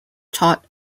taught